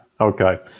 okay